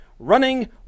Running